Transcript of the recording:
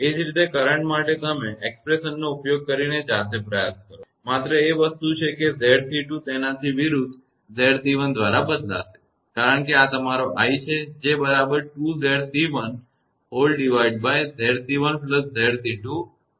એ જ રીતે કરંટ માટે તમે તે અભિવ્યક્તિનો ઉપયોગ કરીને જાતે પ્રયાસ કરો માત્ર વસ્તુ એ છે કે આ 𝑍𝑐2 તેનાથી વિરુદ્ધ 𝑍𝑐1 દ્વારા બદલાશે કારણ કે આ તમારો i છે જેના બરાબર 2𝑍𝑐1 𝑍𝑐1𝑍𝑐2𝑖𝑓 છે